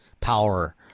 power